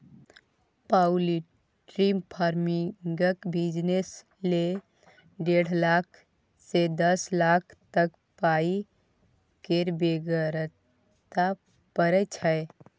poultry फार्मिंगक business लेल डेढ़ लाख सँ दस लाख तक पाइ केर बेगरता परय छै